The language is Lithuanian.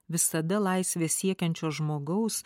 visada laisvės siekiančio žmogaus